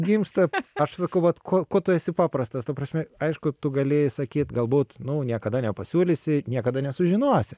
gimsta aš sakau vat kuo kuo tu esi paprastas ta prasme aišku tu galėjai sakyt galbūt niekada nepasiūlysi niekada nesužinosi